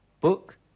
book